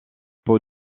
peau